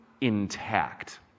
intact